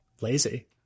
lazy